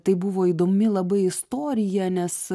tai buvo įdomi labai istorija nes